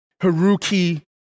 Haruki